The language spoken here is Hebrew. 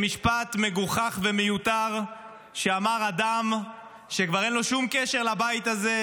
משפט מגוחך ומיותר שאמר אדם שכבר אין לו שום קשר לבית הזה,